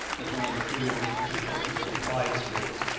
as one of the three most important applied skills.